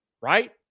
right